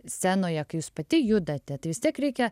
scenoje kai jūs pati judate tai vis tiek reikia